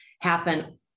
happen